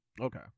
okay